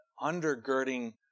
undergirding